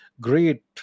great